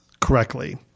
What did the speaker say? Correctly